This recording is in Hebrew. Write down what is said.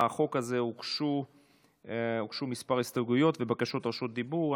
לחוק הזה הוגשו כמה הסתייגויות ובקשות רשות דיבור.